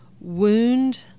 wound